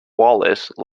wallace